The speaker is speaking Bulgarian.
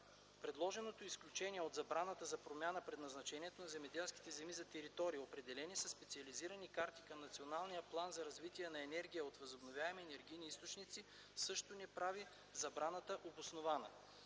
предложеното изключение от забраната за промяна предназначението на земеделски земи за територии, определени със специализирани карти към Националния план за развитие на енергия от възобновяеми енергийни източници, също не прави забраната обоснована.